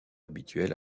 habituel